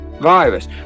virus